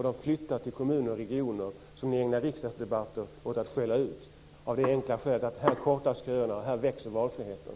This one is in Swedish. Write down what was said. De flyttar till kommuner och regioner som ni ägnar riksdagsdebatter åt att skälla ut av det enkla skälet att där kortas köerna, där växer valfriheten.